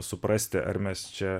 suprasti ar mes čia